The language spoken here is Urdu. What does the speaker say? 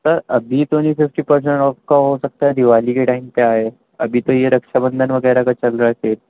سر ابھی تو نہیں ففٹی پرسینٹ آف کا ہو سکتا ہے دیوالی کے ٹٓائم پہ آئے ابھی تو یہ رکشا بندھن وغیرہ کا چل رہا ہے سیل